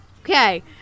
Okay